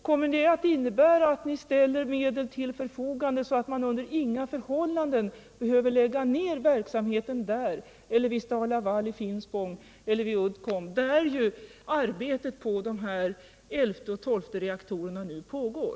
Kommer det att innebära att ni ställer medel till förfogande, så att man under inga förhållanden behöver lägga ned verksamheten där eller vid STAL-LAVAL i Finspång eller vid Uddcomb, där ju arbetet med de elfte och tolfte reaktorerna nu pågår?